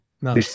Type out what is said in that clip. No